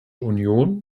union